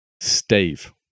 Stave